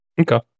Okay